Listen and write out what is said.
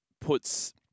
puts